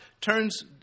turns